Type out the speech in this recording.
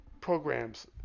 programs